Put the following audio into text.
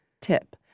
Tip